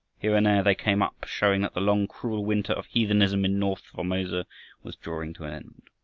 here and there they came up, showing that the long cruel winter of heathenism in north formosa was drawing to an end.